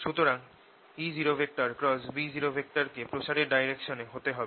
সুতরাং E0B0 কে প্রসারের ডাইরেকশনে হতে হবে